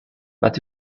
but